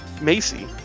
Macy